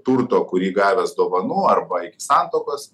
turto kurį gavęs dovanų arba iki santuokos